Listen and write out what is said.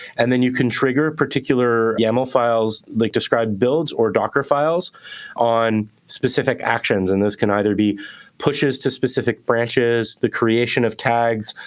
and then you can trigger particular yaml files like, describe builds or docker files on specific actions. and those can either be pushes to specific branches, the creation of tags,